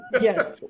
yes